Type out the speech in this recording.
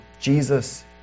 Jesus